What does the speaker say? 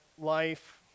life